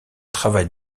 travail